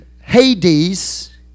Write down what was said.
hades